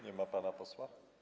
Nie ma pana posła.